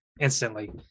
instantly